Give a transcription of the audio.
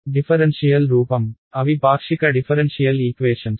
differential రూపం అవి పాక్షిక డిఫరెన్షియల్ ఈక్వేషన్స్